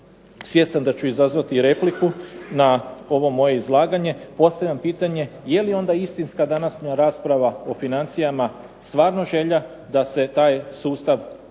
svjestan da ću izazvati repliku, na ovo moje izlaganje, postavljam pitanje je li onda istinska današnja rasprava o financijama stvarno želja da se taj sustav obrane